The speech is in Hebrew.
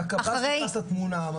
והקב"ס נכנס לתמונה.